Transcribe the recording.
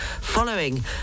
following